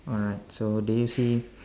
alright so did you see